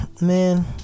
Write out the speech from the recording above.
man